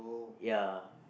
ya